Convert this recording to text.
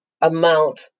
amount